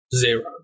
zero